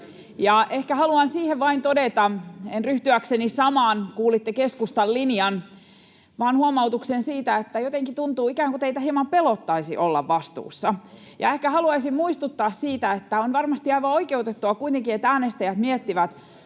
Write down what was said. Ehkä haluan siihen vain todeta — en ryhtyäkseni samaan, kuulitte keskustan linjan — huomautuksen siitä, että jotenkin tuntuu, että ikään kuin teitä hieman pelottaisi olla vastuussa. Ehkä haluaisin muistuttaa siitä, että on varmasti aivan oikeutettua kuitenkin, että äänestäjät miettivät